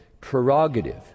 prerogative